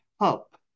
help